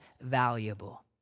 valuable